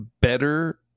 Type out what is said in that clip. better